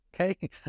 Okay